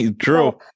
True